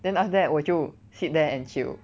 then after that 我就 sit there and chill